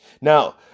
Now